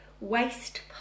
waste